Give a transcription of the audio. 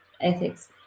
ethics